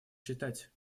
читать